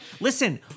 Listen